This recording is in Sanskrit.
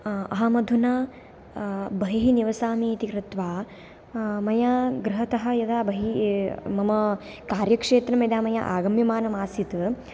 अहमधुना बहिः निवसामि इति कृत्वा मया गृहतः यदि बहिः मम कार्यक्षेत्रं यदा मयि आगम्यमानमासीत्